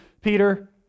Peter